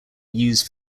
used